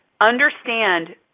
Understand